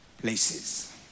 places